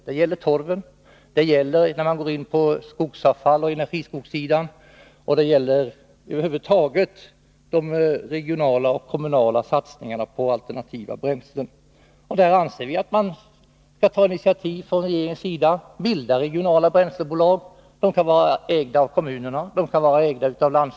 Det gäller i fråga om torv, skogsavfall och energiskogar, och det gäller över huvud taget de regionala och kommunala satsningarna på alternativa bränslen. Där anser vi att 85 Nr 54 regeringen skall ta initiativ för att bilda regionala bränslebolag som kan ägas Fredagen den av kommun och landsting. Staten kan också vara delägare.